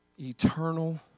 eternal